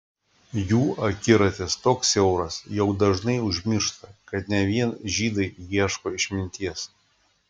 jų akiratis toks siauras jog dažnai užmiršta kad ne vien žydai ieško išminties